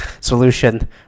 solution